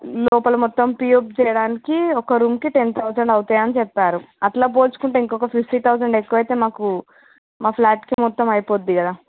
లోపల మొత్తం పిఒపి చేయడానికి ఒక రూముకి టెన్ థౌజండ్ అవుతాయి అని చెప్పారు అట్లా పోల్చుకుంటే ఇంకొక ఫిఫ్టీ థౌజండ్ ఎక్కువైతే మాకు మా ఫ్లాట్కి మొత్తం అయిపోద్ది కదా